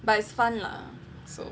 but it's fun lah so